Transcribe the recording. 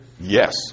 Yes